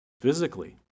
physically